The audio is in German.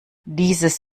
dieses